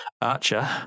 archer